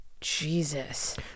jesus